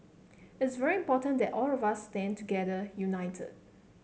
it's very important that all of us stand together united